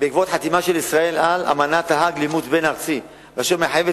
בעקבות חתימה של ישראל על אמנת האג לאימוץ בין-ארצי ואשר מחייבות